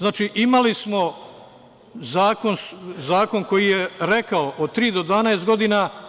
Znači, imali smo zakon koji je rekao – o tri do 12 godina.